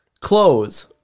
Clothes